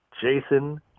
Jason